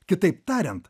kitaip tariant